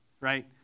right